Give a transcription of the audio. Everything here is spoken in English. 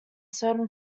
certain